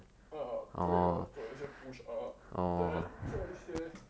uh 对 lor 做一些 push up then 做一些